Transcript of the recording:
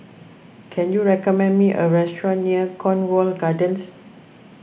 can you recommend me a restaurant near Cornwall Gardens